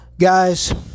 Guys